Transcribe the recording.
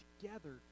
together